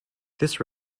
this